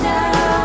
now